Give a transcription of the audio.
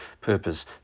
purpose